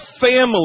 family